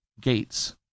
gates